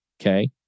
Okay